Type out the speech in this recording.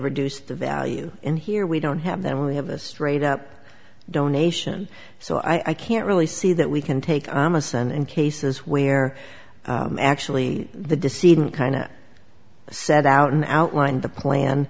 reduce the value in here we don't have that we have a straight up donation so i can't really see that we can take and cases where actually the deceiving kind of set out an outline the plan